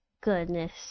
Goodness